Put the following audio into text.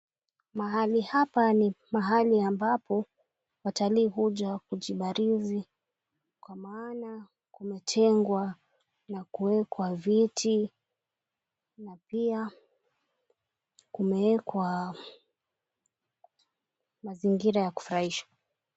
Mahali hapa ni mahali ambapo watalii huja kujibarizi kwa maana kumetengwa na kuekwa viti na pia kumewekwa mazingira ya kufurahisha.